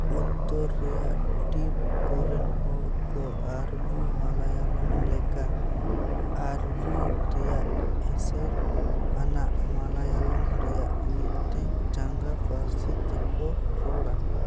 ᱩᱛᱛᱚᱨ ᱨᱮᱭᱟᱜ ᱰᱷᱤᱯ ᱠᱚᱨᱮᱱ ᱦᱚᱲ ᱠᱚ ᱟᱨᱵᱤ ᱢᱟᱞᱟᱭᱟᱞᱚᱢ ᱞᱮᱠᱟ ᱟᱨᱵᱤ ᱨᱮᱭᱟᱜ ᱮᱥᱮᱨ ᱟᱱᱟᱜ ᱢᱟᱞᱟᱭᱟᱞᱚᱢ ᱨᱮᱭᱟᱜ ᱢᱤᱫᱴᱮᱱ ᱪᱟᱸᱜᱟ ᱯᱟᱹᱨᱥᱤ ᱛᱮᱠᱚ ᱨᱚᱲᱟ